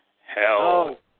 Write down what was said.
Hell